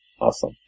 Awesome